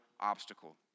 obstacle